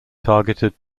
targeted